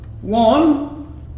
one